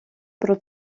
про